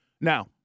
Now